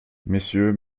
messieurs